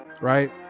right